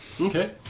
okay